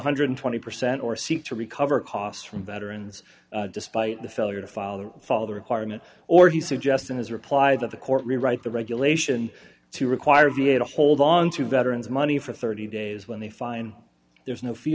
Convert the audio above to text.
hundred and twenty percent or seek to recover costs from veterans despite the failure to follow follow the requirement or he suggests in his reply that the court rewrite the regulation to require v a to hold onto veterans money for thirty dollars days when they find there is no fee